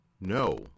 No